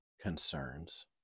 concerns